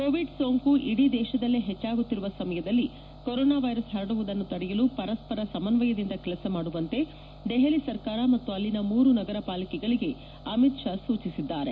Covid ಸೋಂಕು ಇಡೀ ದೇತದಲ್ಲೇ ಹೆಚ್ಚಾಗುತ್ತಿರುವ ಸಮಯದಲ್ಲಿ ಕೊರೊನಾ ವೈರಸ್ ಪರಡುವುದನ್ನು ತಡೆಯಲು ಪರಸ್ವರ ಸಮನ್ನಯದಿಂದ ಕೆಲಸ ಮಾಡುವಂತೆ ದೆಹಲಿ ಸರ್ಕಾರ ಮತ್ತು ಅಲ್ಲಿನ ಮೂರು ನಗರಪಾಲಿಕೆಗಳಗೆ ಅಮಿತ್ ಶಾ ಸೂಚಿಸಿದ್ದಾರೆ